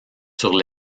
sur